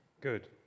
Good